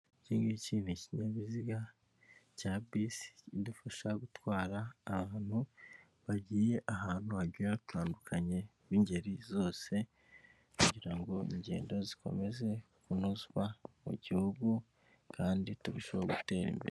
Ikingiki ni ikinyabiziga cya bisi kidufasha gutwara abantu bagiye ahantu hagiye hatandukanye b'ingeri zose kugira ngo ingendo zikomeze kunozwa mu gihugu kandi turusheho gutera imbere.